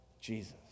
Jesus